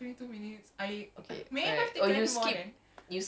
three episodes how do you watch three episodes